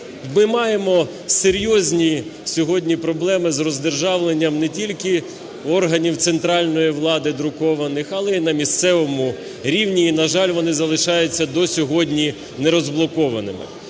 ми маємо серйозні сьогодні проблеми з роздержавленням не тільки органів центральної влади друкованих, але й на місцевому рівні і, на жаль, вони залишаються до сьогодні не розблокованими.